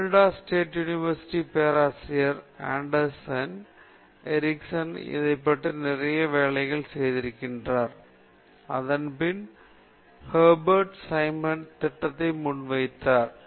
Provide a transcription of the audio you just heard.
Florida State University பேராசிரியர் Anders Ericsson இதைப் பற்றி நிறைய வேலைகளை செய்திருக்கிறார் அதன்பின் ஹெபேர்ட் சைமன் திட்டத்தை முன்வைத்தார்